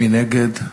מי נגד?